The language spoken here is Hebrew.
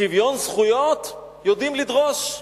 שוויון זכויות יודעים לדרוש.